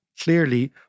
clearly